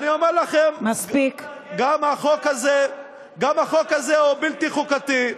אני אומר לכם, גם החוק הזה הוא בלתי חוקתי,